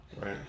Right